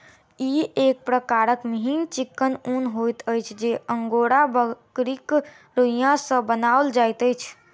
ई एक प्रकारक मिहीन चिक्कन ऊन होइत अछि जे अंगोरा बकरीक रोंइया सॅ बनाओल जाइत अछि